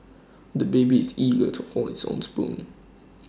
the baby is eager to hold his own spoon